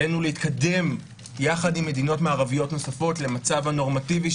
עלינו להתקדם יחד עם מדינות מערביות נוספות למצב הנורמטיבי,